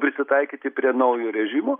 prisitaikyti prie naujo režimo